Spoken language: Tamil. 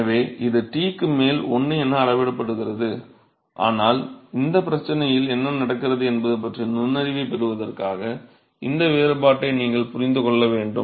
எனவே இது T க்கு மேல் 1 என அளவிடுகிறது ஆனால் இந்த பிரச்சனையில் என்ன நடக்கிறது என்பது பற்றிய நுண்ணறிவைப் பெறுவதற்காக இந்த வேறுபாட்டை நீங்கள் புரிந்து கொள்ள வேண்டும்